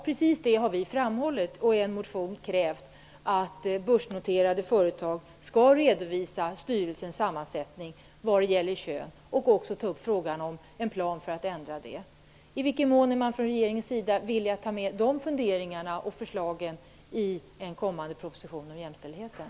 Vi har i en motion krävt att börsnoterade företag skall redovisa styrelsens sammansättning vad gäller kön och vissa planer på förändringar. I vilken mån är man från regeringens sida villig att ta med de funderingarna och förslagen i en kommande proposition om jämställdheten?